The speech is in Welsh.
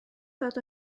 ddod